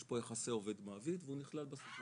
יש פה יחסי עובד מעביד והוא נכלל בסטטיסטיקה,